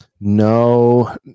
No